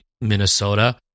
Minnesota